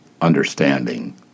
understanding